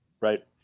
Right